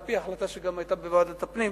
גם על-פי החלטה שהיתה בוועדת הפנים.